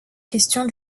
question